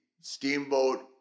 steamboat